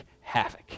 havoc